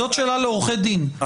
זאת שאלה לעורכי דין,